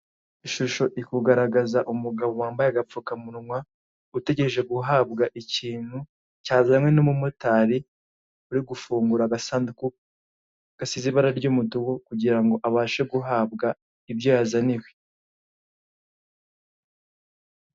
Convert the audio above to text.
Ishusho iri kugaragaza umugabo wambaye agapfukamunwa, utegereje guhabwa ikintu cyazanwe n'umumotari, uri gufungura agasanduku gasize ibara ry'umutuku kugira ngo abashe guhabwa ibyo yazaniwe.